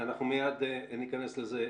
אנחנו מיד ניכנס לזה.